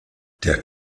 der